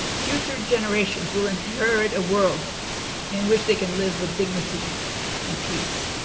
future generations will inherit a world in which they can live with dignity and peace.